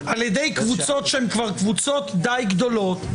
קבוצות די גדולות,